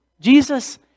Jesus